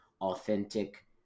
authentic